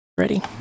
ready